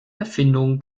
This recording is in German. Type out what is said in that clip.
erfindung